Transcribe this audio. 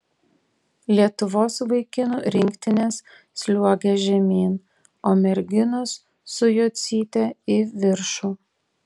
lietuvos vaikinų rinktinės sliuogia žemyn o merginos su jocyte į viršų